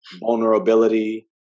vulnerability